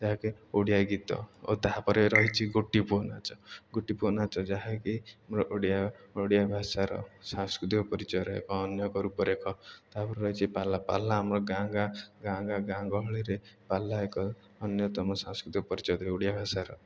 ଯାହାକି ଓଡ଼ିଆ ଗୀତ ଓ ତାହା ପରେ ରହିଚି ଗୋଟି ପୁଅ ନାଚ ଗୋଟି ପୁଅ ନାଚ ଯାହାକି ଆମର ଓଡ଼ିଆ ଓଡ଼ିଆ ଭାଷାର ସାଂସ୍କୃତିକ ପରିଚୟର ଏକ ଅନ୍ୟ ଏକ ରୂପରେଖ ତା'ପରେ ରହିଛିି ପାଲା ପାଲା ଆମର ଗାଁ ଗା ଗାଁ ଗାଁ ଗାଁ ଗହଳିରେ ପାଲା ଏକ ଅନ୍ୟତମ ସାଂସ୍କୃତିକ ପରିଚୟ ଓଡ଼ିଆ ଭାଷାର